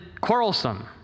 quarrelsome